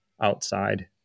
outside